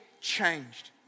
changed